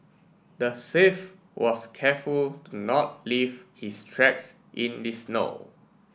the thief was careful to not leave his tracks in the snow